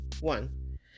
one